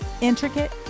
Intricate